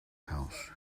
house